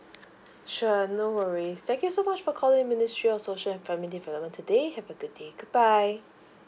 sure no worries thank you so much for calling ministry of social and family development today have a good day goodbye